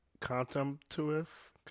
contemptuous